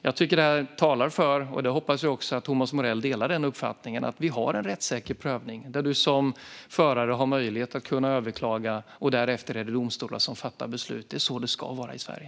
Jag tycker att detta talar för - jag hoppas att Thomas Morell delar den uppfattningen - att vi har en rättssäker prövning. Man har som förare möjlighet att överklaga, och därefter är det domstolar som fattar beslut. Det är så det ska vara i Sverige.